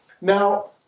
now